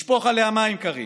לשפוך עליה מים קרים